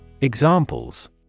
Examples